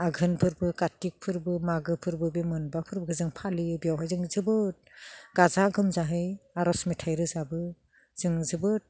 आघोन फोरबो काति फोरबो मागो फोरबो मोनबा फोरबो जों फालियो बेवहाय जों जोबोद गाजा गोमजाहाय आरज मेथाइ रोजाबो जों जोबोद